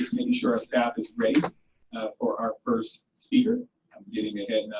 just making sure our staff is ready for our first speaker, i'm getting ahead,